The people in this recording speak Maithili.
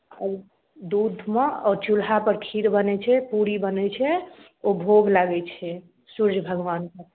अब दूधमे आओर चूल्हापर खीर बनै छै पूड़ी बनै छै ओ भोग लागै छै सूर्य भगवानकेँ